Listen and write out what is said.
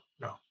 no